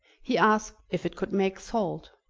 he asked if it could make salt.